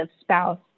spouse